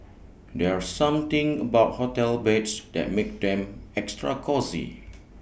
there's something about hotel beds that makes them extra cosy